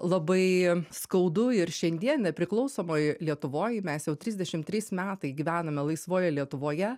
labai skaudu ir šiandien nepriklausomoj lietuvoj mes jau trisdešim trys metai gyvename laisvoje lietuvoje